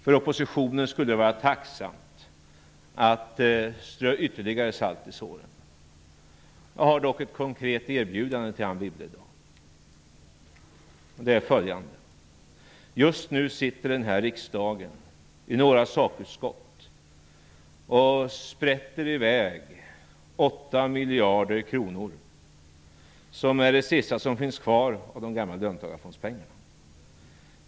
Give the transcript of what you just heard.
För oppositionen skulle det vara tacksamt att strö ytterligare salt i såren. Jag har dock följande konkreta erbjudande till Anne Wibble i dag. Just nu sitter några sakutskott i den här riksdagen och sprätter i väg 8 miljarder kronor, som är det sista som finns kvar av de gamla löntagarfondspengarna.